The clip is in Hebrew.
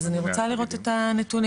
אז אני רוצה לראות את הנתונים.